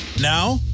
Now